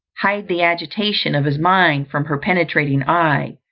hide the agitation of his mind from her penetrating eye.